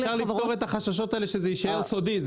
אפשר לפתור את החששות האלה זה יישאר סודי,